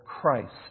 Christ